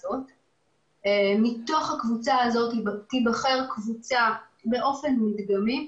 מתוך הקבוצה הזאת תיבחר קבוצה באופן מדגמי,